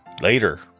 later